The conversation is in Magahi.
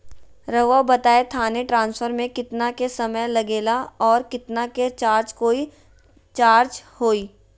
रहुआ बताएं थाने ट्रांसफर में कितना के समय लेगेला और कितना के चार्ज कोई चार्ज होई?